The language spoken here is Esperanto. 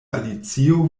alicio